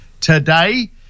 today